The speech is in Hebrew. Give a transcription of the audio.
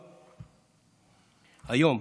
היום,